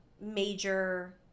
major